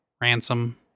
Ransom